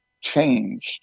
changed